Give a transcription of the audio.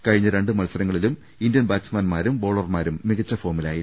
കഴിഞ്ഞ രണ്ട് മത്സരങ്ങളിലും ഇന്ത്യൻ ബാറ്റ്സ്മാൻമാരും ബൌളർമാരും മികച്ച ഫോമിലായിരുന്നു